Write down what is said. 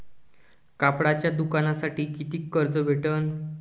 कापडाच्या दुकानासाठी कितीक कर्ज भेटन?